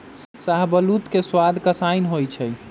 शाहबलूत के सवाद कसाइन्न होइ छइ